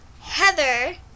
Heather